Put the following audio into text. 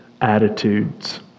attitudes